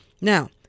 Now